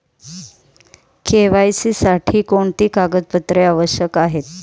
KYC साठी कोणती कागदपत्रे आवश्यक आहेत?